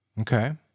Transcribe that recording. Okay